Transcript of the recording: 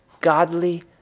godly